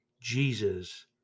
Jesus